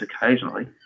occasionally